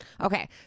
Okay